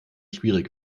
schwierig